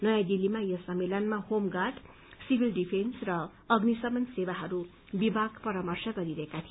नयाँ दिल्लीमा यस सम्मेलनमा होमगार्ड सिविल डिफेन्स अनि अग्निशमन सेवाहरूको विभागलाई परामर्श गर्नुहुँदै थियो